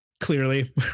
clearly